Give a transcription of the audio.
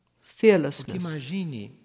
fearlessness